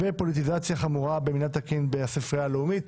פוליטיזציה חמורה במינהל תקין בספרייה הלאומית,